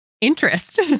interest